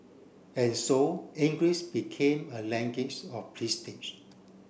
and so English became a language of prestige